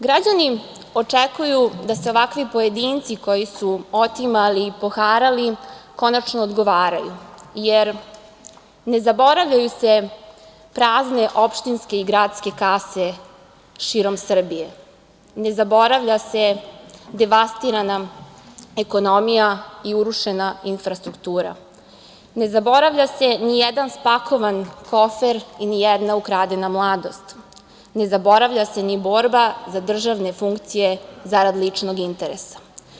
Građani očekuju da se ovakvi pojedinci, koji su otimali i poharali, konačno odgovaraju, jer ne zaboravljaju se prazne opštinske i gradske kase širom Srbije, ne zaboravlja se devastirana ekonomija i urušena infrastruktura, ne zaboravlja se ni jedan spakovan kofer, ni jedna ukradena mladost, ne zaboravlja se ni borba za državne funkcije zarad ličnog interesa.